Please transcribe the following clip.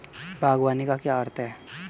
बागवानी का क्या अर्थ है?